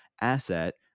asset